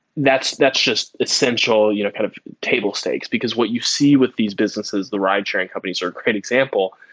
that's that's just essential you know kind of table stakes, because what you see with these businesses, the ridesharing companies are a great example,